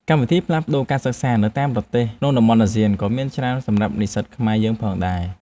កម្មវិធីផ្លាស់ប្តូរការសិក្សានៅតាមប្រទេសក្នុងតំបន់អាស៊ានក៏មានច្រើនសម្រាប់និស្សិតខ្មែរយើងផងដែរ។